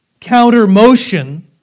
counter-motion